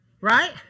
right